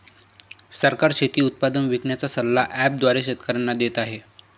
सरकार शेती उत्पादन विकण्याचा सल्ला ॲप द्वारे शेतकऱ्यांना देते आहे